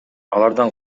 алардан